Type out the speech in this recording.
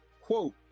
quote